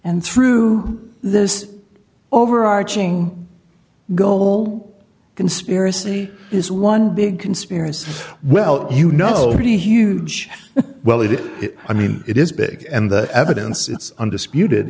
and through this overarching goal conspiracy is one big conspiracy well you know pretty huge well it is i mean it is big and the evidence it's undisputed